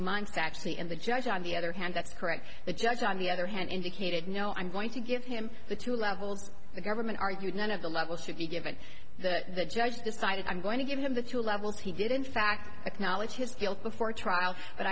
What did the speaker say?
months actually in the judge on the other hand that's correct the judge on the other hand indicated no i'm going to give him the two levels the government argued none of the level should be given the judge decided i'm going to give him the two levels he did in fact acknowledge his guilt before trial but